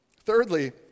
Thirdly